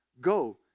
go